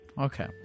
Okay